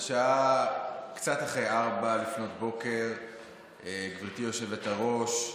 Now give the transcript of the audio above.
השעה קצת אחרי 04:00. גברתי היושבת-ראש,